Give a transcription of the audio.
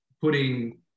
putting